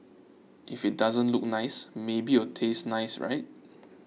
if it doesn't look nice maybe it'll taste nice right